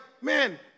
man